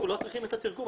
אנחנו לא צריכים את התרגום.